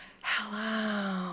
Hello